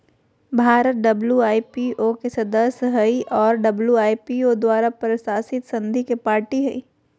Bharat WIPO के सदस्य हइ और डब्ल्यू.आई.पी.ओ द्वारा प्रशासित संधि के पार्टी हइ